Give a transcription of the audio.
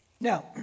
Now